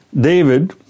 David